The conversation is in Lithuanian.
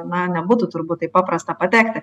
na nebūtų turbūt taip paprasta patekti